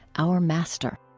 our master